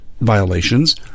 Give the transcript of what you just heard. violations